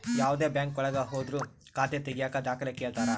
ಯಾವ್ದೇ ಬ್ಯಾಂಕ್ ಒಳಗ ಹೋದ್ರು ಖಾತೆ ತಾಗಿಯಕ ದಾಖಲೆ ಕೇಳ್ತಾರಾ